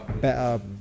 better